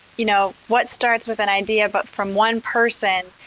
you know, what starts with an idea, but from one person,